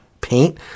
paint